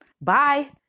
Bye